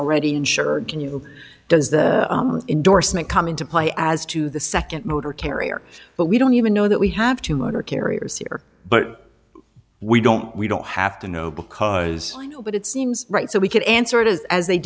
already insured can you does the endorsement come into play as to the nd motor carrier but we don't even know that we have to motor carriers here but we don't we don't have to know because i know but it seems right so we could answer it is as they